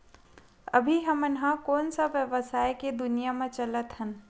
अभी हम ह कोन सा व्यवसाय के दुनिया म चलत हन?